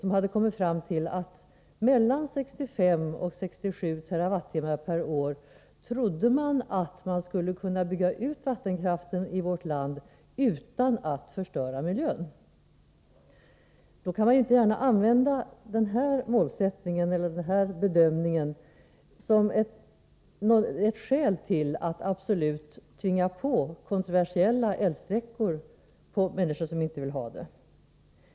Mellan 65 och 67 TWh per år trodde den utredningen att man skulle kunna bygga ut vattenkraften till i vårt land utan att förstöra miljön. Den bedömningen kan inte gärna användas som ett skäl till att absolut tvinga en utbyggnad av kontroversiella älvsträckor på människor som inte vill ha den.